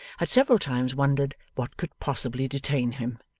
had several times wondered what could possibly detain him.